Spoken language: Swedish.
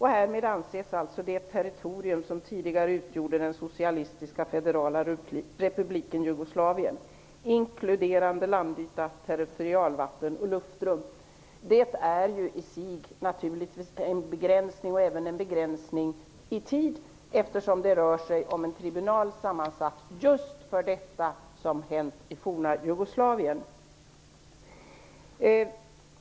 Härmed avses det territorium som tidigare utgjorde den socialistiska federala republiken Jugoslavien inkluderande landyta, territorialvatten och luftrum. Detta är naturligtvis i sig en begränsning i tiden, eftersom det rör sig om en tribunal sammansatt just för det som har hänt i det forna Jugoslavien.